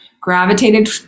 gravitated